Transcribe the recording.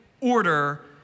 order